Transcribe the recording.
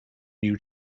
new